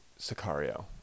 sicario